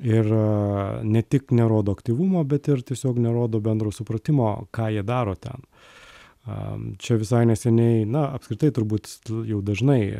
ir ne tik nerodo aktyvumo bet ir tiesiog nerodo bendro supratimo ką jie daro ten a čia visai neseniai na apskritai turbūt jau dažnai